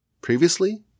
Previously